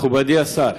מכובדי השר,